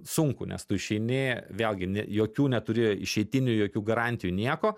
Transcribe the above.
sunkų nes tu išeini vėlgi ne jokių neturi išeitinių jokių garantijų nieko